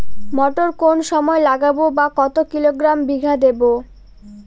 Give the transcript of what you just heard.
মটর কোন সময় লাগাবো বা কতো কিলোগ্রাম বিঘা দেবো?